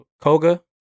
Koga